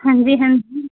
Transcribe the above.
ਹਾਂਜੀ ਹਾਂਜੀ